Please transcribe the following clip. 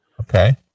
Okay